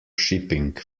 shipping